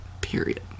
period